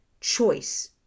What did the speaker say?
choice